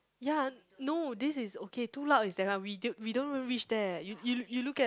ya no this is okay too loud is that one we don't we don't even reach there you you you look at